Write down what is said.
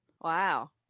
Wow